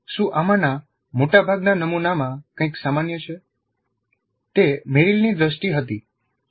શું આમાંના મોટાભાગના નમુનામાં કંઈક સામાન્ય છે તે મેરિલની દ્રષ્ટિ હતી